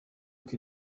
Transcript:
uko